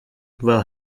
will